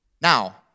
Now